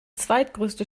zweitgrößte